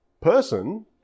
person